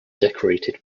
decorated